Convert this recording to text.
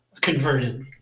converted